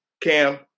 Cam